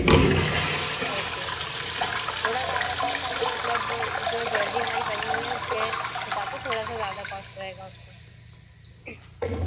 okay okay थोड़ा ज़्यादा cost आएगा मतलब जो ज्वेलरी हमारी बनी हुई हैं उसके हिसाब से थोड़ा सा ज़्यादा कॉस्ट रहेगा उसका